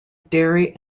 dairy